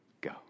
go